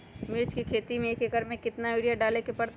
मिर्च के खेती में एक एकर में कितना यूरिया डाले के परतई?